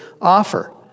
offer